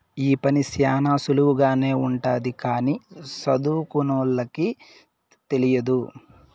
ఈ పని శ్యానా సులువుగానే ఉంటది కానీ సదువుకోనోళ్ళకి తెలియదు